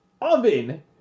oven